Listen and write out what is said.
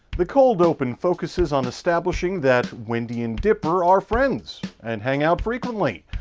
the cold open focuses on establishing that wendy and dipper are friends and hang out frequently,